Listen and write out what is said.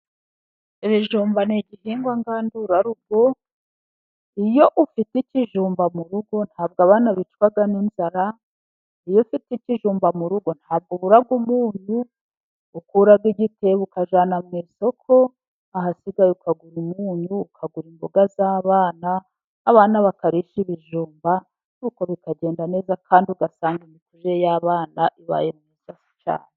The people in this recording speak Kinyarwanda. Ibijumba ni igihingwa ngandurarugo. Iyo ufite ikijumba mu rugo ntabwo abana bicwa n'inzara, iyo ufite ikijumba mu rugo ntabwo ubura umunyu. Ukura igitebo ukajyana mu isoko, ahasigaye ukagura umunyu, ukagura imboga z'abana, abana bakarisha ibijumba, bikagenda neza kandi ugasanga imikurire y'abana ibaye myiza cyane.